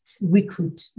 recruit